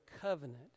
covenant